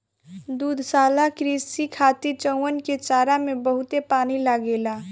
दुग्धशाला कृषि खातिर चउवन के चारा में बहुते पानी लागेला